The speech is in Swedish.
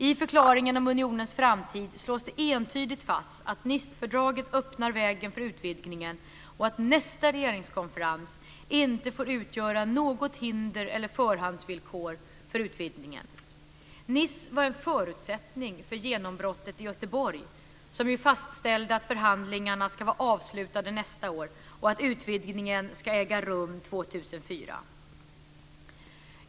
I förklaringen om unionens framtid slås det entydigt fast att Nicefördraget öppnar vägen för utvidgningen och att nästa regeringskonferens inte får utgöra något hinder eller förhandsvillkor för utvidgningen. Nice var en förutsättning för genombrottet i Göteborg, som ju fastställde att förhandlingarna ska vara avslutade nästa år och att utvidgningen ska äga rum år 2004.